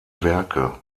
werke